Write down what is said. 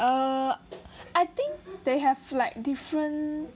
err I think they have like different